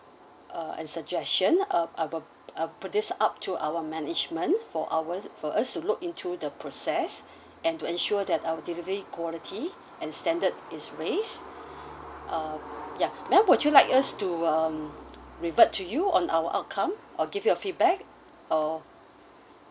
uh and suggestion uh I will I'll put this up to our management for our for us to look into the process and to ensure that our delivery quality and standard is raised um ya ma'am would you like us to um revert to you on our outcome or give you a feedback or